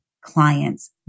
clients